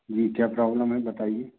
जी क्या प्रॉब्लम है बताइए